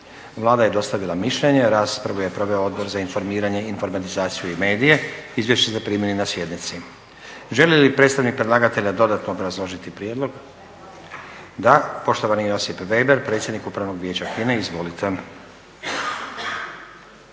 Vlada je dostavila mišljenje. Raspravu je proveo Odbor za informiranje, informatizaciju i medije. Izvješća ste primili na sjednici. Želi li predstavnik predlagatelja dodatno obrazložiti prijedlog? Da. Poštovani Josip Veber, predsjednik Upravnog vijeća HINA-e. Izvolite.